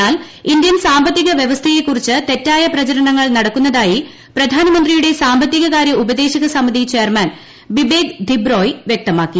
എന്നാൽ ഇന്ത്യൻ സാമ്പത്തിക വ്യവസ്ഥയെക്കുറിച്ച് തെറ്റായ പ്രചരണങ്ങൾ നടക്കുന്നതായി പ്രധാനമന്ത്രിയുടെ സാമ്പത്തികകാര്യ ഉപദേശക സമിതി ചെയർമാൻ ബിബേക് ധിബ്രോയ് വ്യക്തമാക്കി